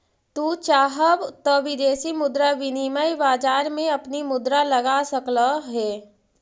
तू चाहव त विदेशी मुद्रा विनिमय बाजार में अपनी मुद्रा लगा सकलअ हे